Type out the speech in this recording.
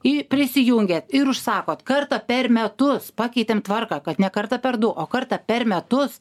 i prisijungiat ir užsakot kartą per metus pakeitėm tvarką kad ne kartą per du o kartą per metus